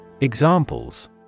Examples